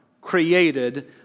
created